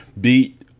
beat